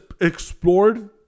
explored